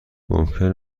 ممکن